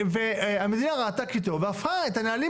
המדינה ראתה כי טוב והפכה את הנהלים